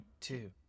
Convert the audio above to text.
two